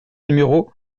numéro